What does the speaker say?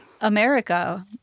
america